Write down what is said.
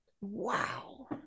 Wow